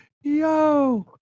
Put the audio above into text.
Yo